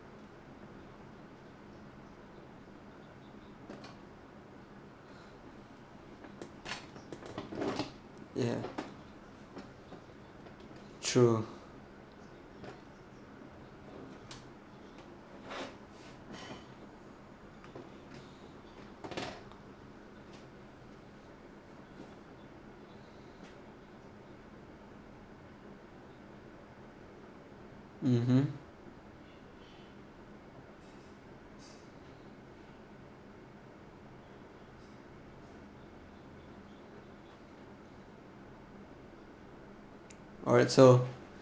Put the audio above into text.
yeah true (uh huh) alright so